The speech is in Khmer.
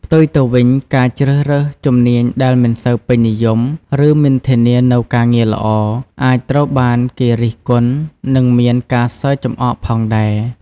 ផ្ទុយទៅវិញ ការជ្រើសរើសជំនាញដែលមិនសូវពេញនិយម ឬមិនធានានូវការងារល្អ អាចត្រូវបានគេរិះគន់ និងមានការសើចំអកផងដែរ។